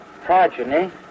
progeny